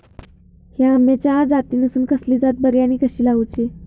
हया आम्याच्या जातीनिसून कसली जात बरी आनी कशी लाऊची?